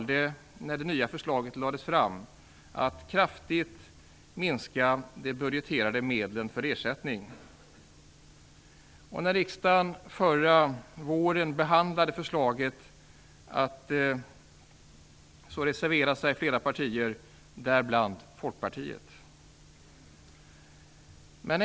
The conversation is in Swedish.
Då det nya förslaget lades fram valde regeringen att kraftigt minska de budgeterade medlen för ersättning. När riksdagen förra våren behandlade förslaget reserverade sig flera partier, däribland Folkpartiet.